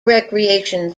recreation